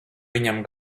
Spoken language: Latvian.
viņam